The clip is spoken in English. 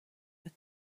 but